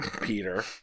Peter